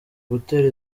gutera